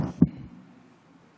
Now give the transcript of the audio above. אדוני היושב-ראש,